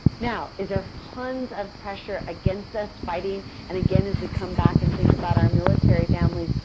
now is there tons of pressure against us fighting and again as we come back and think about our military families.